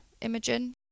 Imogen